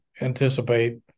anticipate